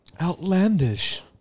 Outlandish